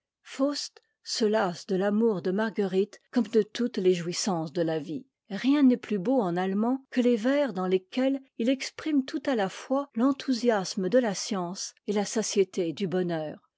faust se lasse de l'amour de marguerite comme de toutes les jouissances de la vie rien n'est plus beau en allemand que les vers dans lesquels il exprime tout à la fois l'enthousiasme de la science et la satiété du bonheur